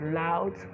loud